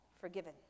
forgiven